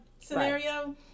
scenario